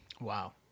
Wow